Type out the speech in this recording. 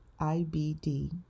IBD